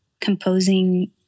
composing